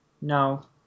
No